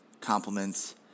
compliments